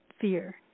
fear